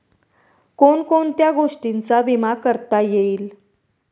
कोण कोणत्या गोष्टींचा विमा करता येईल?